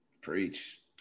Preach